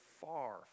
far